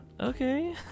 okay